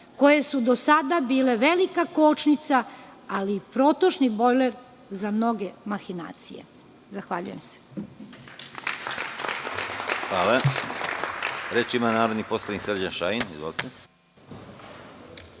koje su do sada bile velika kočnica, ali i protočni bojler za mnoge mahinacije. Zahvaljujem se.